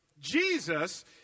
Jesus